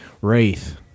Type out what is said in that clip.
Wraith